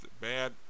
bad